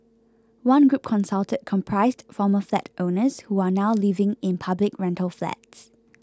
one group consulted comprised former flat owners who are now living in public rental flats